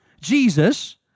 Jesus